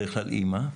בדרך כלל, אימא.